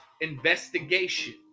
investigation